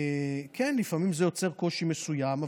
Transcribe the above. וכן, לפעמים זה יוצר קושי מסוים.